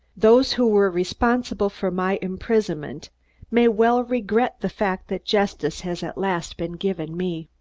those who were responsible for my imprisonment may well regret the fact that justice has at last been given me.